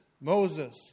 Moses